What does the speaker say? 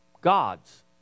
God's